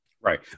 Right